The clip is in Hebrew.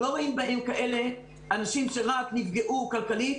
אנחנו לא רואים בהם כאלה אנשים שרק נפגעו כלכלית.